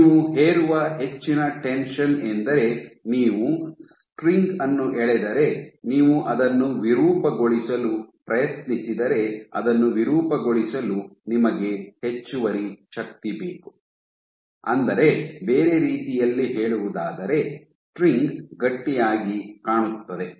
ನೀವು ಹೇರುವ ಹೆಚ್ಚಿನ ಟೆನ್ಷನ್ ಎಂದರೆ ನೀವು ಸ್ಟ್ರಿಂಗ್ ಅನ್ನು ಎಳೆದರೆ ನೀವು ಅದನ್ನು ವಿರೂಪಗೊಳಿಸಲು ಪ್ರಯತ್ನಿಸಿದರೆ ಅದನ್ನು ವಿರೂಪಗೊಳಿಸಲು ನಿಮಗೆ ಹೆಚ್ಚುವರಿ ಶಕ್ತಿ ಬೇಕು ಅಂದರೆ ಬೇರೆ ರೀತಿಯಲ್ಲಿ ಹೇಳುವುದಾದರೆ ಸ್ಟ್ರಿಂಗ್ ಗಟ್ಟಿಯಾಗಿ ಕಾಣುತ್ತದೆ